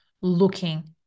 looking